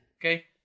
Okay